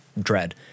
dread